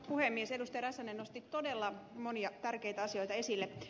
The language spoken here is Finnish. räsänen nosti todella monia tärkeitä asioita esille